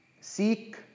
seek